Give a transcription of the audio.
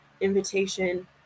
invitation